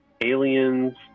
aliens